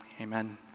Amen